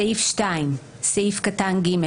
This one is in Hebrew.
התשט"ו-1955 (להלן החוק העיקרי): בסעיף 2 - בסעיף קטן (ג),